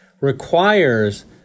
requires